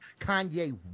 Kanye